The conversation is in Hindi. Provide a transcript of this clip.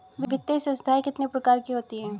वित्तीय संस्थाएं कितने प्रकार की होती हैं?